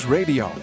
Radio